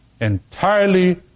entirely